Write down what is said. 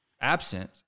absent